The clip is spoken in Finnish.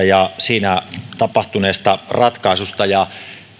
ja siinä tapahtuneesta ratkaisusta